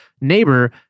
neighbor